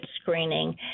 screening